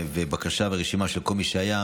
ובקשה לרשימה של כל מי שהיה.